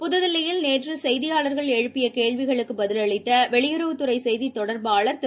புதுதில்லியில் நேற்றுசெய்தியாளர்கள் எழுப்பியகேள்விகளுக்குபதிலளித்தவெளியுறவுத்துறைசெய்திதொடர்பாளர் திரு